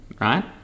Right